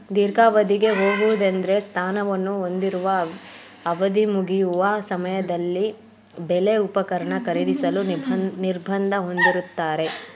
ದೀರ್ಘಾವಧಿಗೆ ಹೋಗುವುದೆಂದ್ರೆ ಸ್ಥಾನವನ್ನು ಹೊಂದಿರುವ ಅವಧಿಮುಗಿಯುವ ಸಮಯದಲ್ಲಿ ಬೆಲೆ ಉಪಕರಣ ಖರೀದಿಸಲು ನಿರ್ಬಂಧ ಹೊಂದಿರುತ್ತಾರೆ